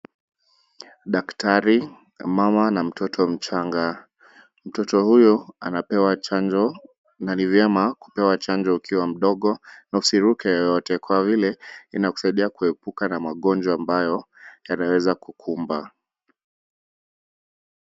Daktari na mumama na mtoto mchanga, mtoto huyo anapewa chanjo ,na ni vyema kupewa chanjo ukiwa mdogo ,na usiruke yeyote kwa vile inakusaidia kuepuka magonjwa ambayo yanaweza kukumba.